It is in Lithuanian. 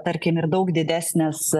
tarkim ir daug didesnės